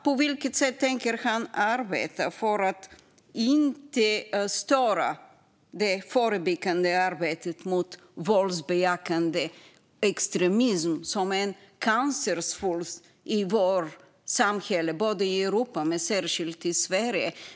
På vilket sätt tänker han arbeta för att inte störa det förebyggande arbetet mot våldsbejakande extremism, som ju är en cancersvulst i vårt samhälle, i Europa men särskilt i Sverige?